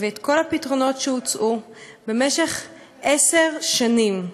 ואת כל הפתרונות שהוצעו במשך עשר שנים.